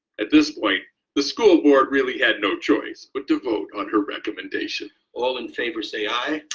at this point the school board really had no choice but to vote on her recommendation. all in favor say aye.